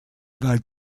weil